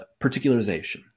particularization